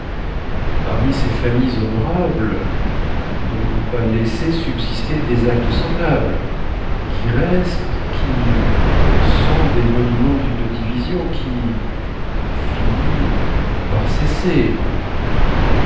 parmi ces familles honorables de ne pas laisser subsister des actes semblables qui restent qui sont des monuments d'une division qui finit par cesser